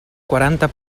quaranta